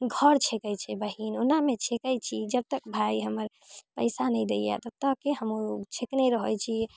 घर छेकै छै बहिन ओनामे छेकै छी जब तक भाय हमर पैसा नहि दै यऽ तब तक हमहूँ छेकने रहै छी